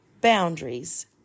boundaries